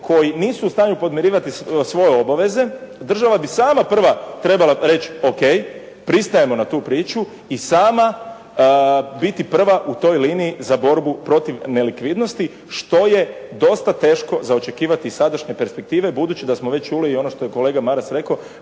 koji nisu u stanju podmirivati svoje obaveze, država bi sama prva trebala reć O.k. pristajemo na tu priču i sama biti prva u toj liniji za borbu protiv nelikvidnosti što je dosta teško za očekivati iz sadašnje perspektive budući da smo već čuli i ono što je kolega Maras rekao